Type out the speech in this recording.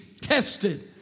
tested